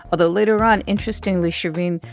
although later on, interestingly, shereen,